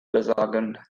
besorgen